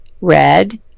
red